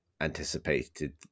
anticipated